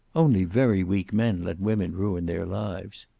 only very weak men let women ruin their lives.